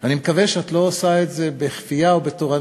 אני מקווה שאת לא עושה את זה בכפייה ובתורנות.